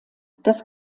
das